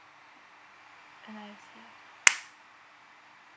M_S_F